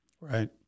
Right